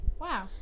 Wow